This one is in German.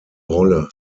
rolle